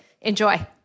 Enjoy